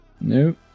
Nope